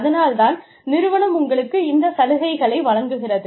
அதனால் தான் நிறுவனம் உங்களுக்கு இந்த சலுகைகளை வழங்குகிறது